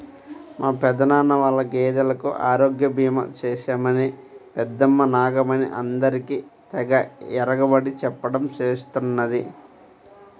మా పెదనాన్న వాళ్ళ గేదెలకు ఆరోగ్య భీమా చేశామని పెద్దమ్మ నాగమణి అందరికీ తెగ ఇరగబడి చెప్పడం చేస్తున్నది